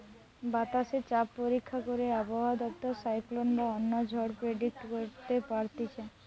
বাতাসে চাপ পরীক্ষা করে আবহাওয়া দপ্তর সাইক্লোন বা অন্য ঝড় প্রেডিক্ট করতে পারতিছে